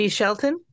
Shelton